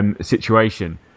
situation